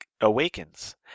awakens